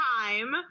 time